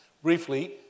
Briefly